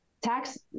Tax